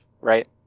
right